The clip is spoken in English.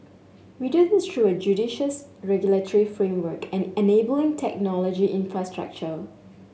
we do this through a judicious regulatory framework and enabling technology infrastructure